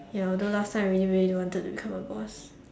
ya although last time I really really wanted to become a boss